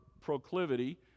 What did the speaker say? proclivity